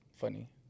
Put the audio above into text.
funny